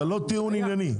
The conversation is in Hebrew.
אבל לא טיעון ענייני.